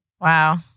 wow